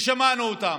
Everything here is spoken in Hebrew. שמענו אותם.